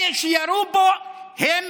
אלה שירו בו הם